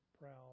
proud